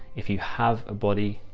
if you have a body.